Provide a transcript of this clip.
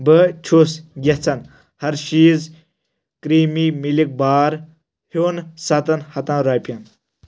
بہٕ چھُس یژھان ہرشیٖز کرٛیٖمی مِلک بار ہٮ۪ون ستن ہتن رۄپٮ۪ن